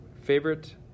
favorite